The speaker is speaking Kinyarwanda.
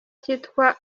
cyitwa